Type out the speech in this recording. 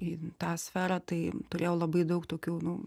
į tą sferą tai turėjau labai daug tokių nu